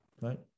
right